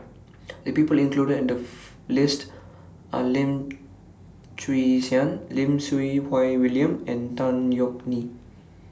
The People included in The list Are Lim Chwee Chian Lim Siew Wai William and Tan Yeok Nee